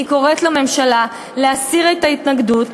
אני קוראת לממשלה להסיר את ההתנגדות,